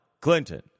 Clinton